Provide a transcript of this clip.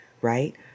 right